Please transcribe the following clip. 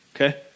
Okay